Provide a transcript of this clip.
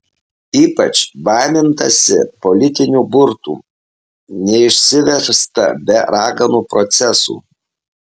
ypač baimintasi politinių burtų neišsiversta be raganų procesų